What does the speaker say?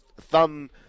Thumb